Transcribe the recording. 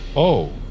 oh.